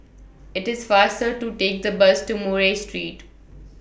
IT IS faster to Take The Bus to Murray Street